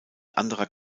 anderer